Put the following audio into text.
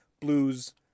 blues